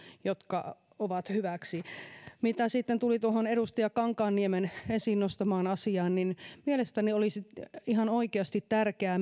jotka ovat hyväksi mitä sitten tulee tuohon edustaja kankaanniemen esiin nostamaan asiaan niin mielestäni olisi ihan oikeasti tärkeää